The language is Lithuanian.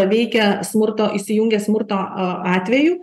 veikia smurto įsijungia smurto a atvejų